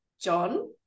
John